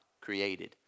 created